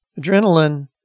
Adrenaline